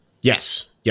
Yes